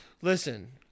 Listen